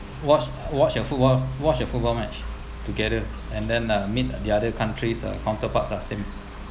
watch watch your football watch your football match together and then uh meet the other countries uh counterparts are same